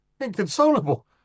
Inconsolable